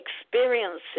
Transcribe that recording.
experiences